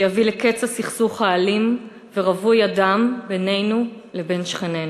שיביא לקץ הסכסוך האלים ורווי הדם בינינו לבין שכנינו.